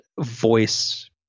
voice